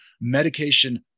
medication